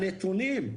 הנתונים,